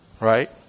Right